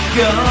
go